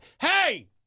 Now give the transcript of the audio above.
Hey